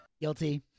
Guilty